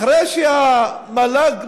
אחרי שהמל"ג,